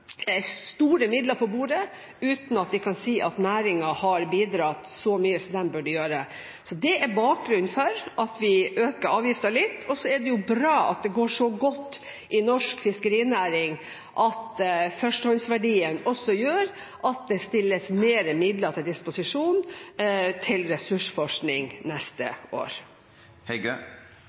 store midler på bordet, uten at vi kan si at næringen har bidratt så mye som den burde gjøre. Så det er bakgrunnen for at vi øker avgiften litt. Og så er det jo bra at det går så godt i norsk fiskerinæring at førstehåndsverdien også gjør at det stilles mer midler til disposisjon til ressursforskning